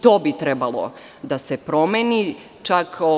To bi trebalo da se promeni.